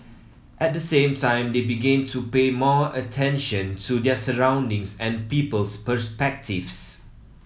at the same time they begin to pay more attention to their surroundings and people's perspectives